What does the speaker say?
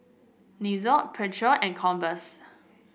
Nixon Pedro and Converse